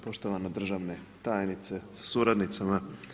Poštovana državna tajnice sa suradnicama.